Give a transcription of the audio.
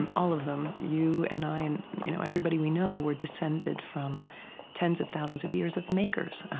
and all of them. you and i and you know everybody we know were descended from tens of thousands of years of makers.